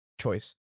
Choice